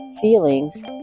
feelings